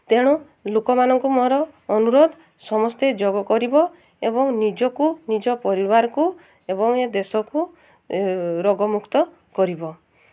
ଲୋକମାନଙ୍କୁ ମୋର ଅନୁରୋଧ ସମସ୍ତେ ଯୋଗ କରିବ ଏବଂ ନିଜକୁ ନିଜ ପରିବାରକୁ ଏବଂ ଏ ଦେଶକୁ ରୋଗମୁକ୍ତ କରିବ